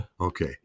Okay